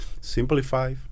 Simplify